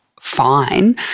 fine